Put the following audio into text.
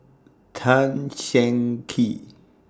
Tan Cheng Kee